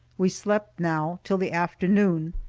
we slept now, till the afternoon.